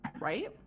Right